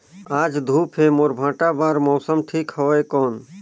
आज धूप हे मोर भांटा बार मौसम ठीक हवय कौन?